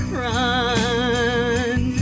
run